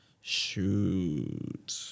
shoot